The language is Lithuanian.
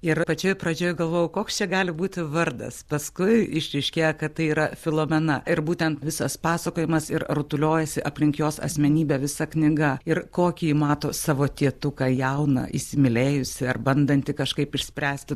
ir pačioje pradžioje galvojau koks čia gali būti vardas paskui išryškėja kad tai yra filomena ir būtent visas pasakojimas ir rutuliojasi aplink jos asmenybę visa knyga ir kokį ji mato savo tėtuką jauną įsimylėjusį ar bandantį kažkaip išspręsti